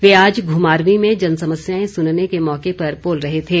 वे आज घुमारवीं में जनसमस्याएं सुनने के मौके पर बोल रहे थे